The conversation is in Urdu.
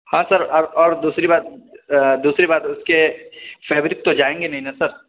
ہاں سر اور اور دوسری بات دوسری بات اس کے فیبرک تو جائیں گے نہیں نا سر